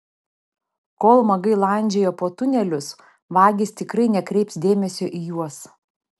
kol magai landžioja po tunelius vagys tikrai nekreips dėmesio į juos